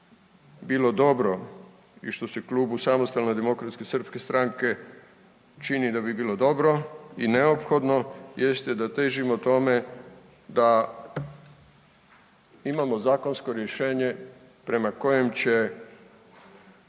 bilo dobro i što se u Klubu SDSS-a čini da bi bilo dobro i neophodno jeste da težimo tome da imamo zakonsko rješenje prema kojem će